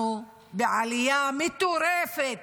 אנחנו בעלייה מטורפת